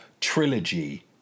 trilogy